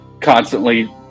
constantly